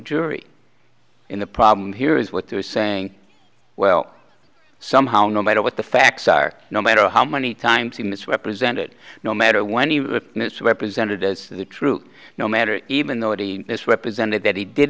jury in the problem here is what they're saying well somehow no matter what the facts are no matter how many times he misrepresented no matter when he was misrepresented as the truth no matter even though he misrepresented that he did